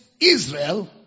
Israel